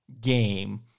game